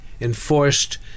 enforced